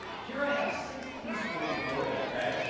here i have six teaspoons of oil, okay?